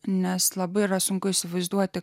nes labai yra sunku įsivaizduoti